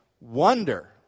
wonder